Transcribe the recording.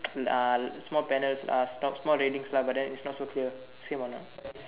uh small banners uh not small readings lah but then it's not so clear same or not